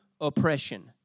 oppression